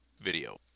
video